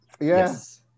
Yes